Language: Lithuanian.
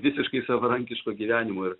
visiškai savarankiško gyvenimo ir